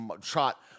trot